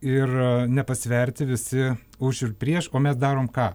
ir nepasverti visi už ir prieš o mes darom ką